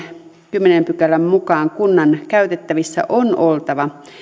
kymmenennen pykälän mukaan kunnan käytettävissä on oltava